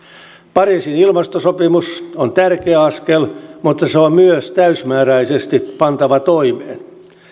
pariisin ilmastosopimus on tärkeä askel mutta se on myös täysimääräisesti pantava toimeen